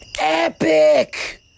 epic